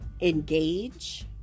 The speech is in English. engage